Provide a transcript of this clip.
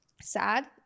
sad